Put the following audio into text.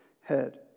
head